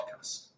Podcast